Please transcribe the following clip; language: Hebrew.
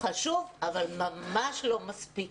חשוב אבל ממש לא מספיק.